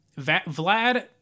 Vlad